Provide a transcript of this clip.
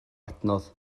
adnodd